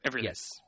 Yes